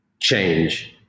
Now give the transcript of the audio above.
change